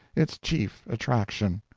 its chief attraction.